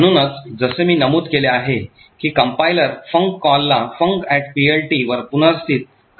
म्हणूनच जसे मी नमूद केले आहे की compiler func कॉलला funcPLT वर पुनर्स्थित करेल